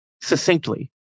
succinctly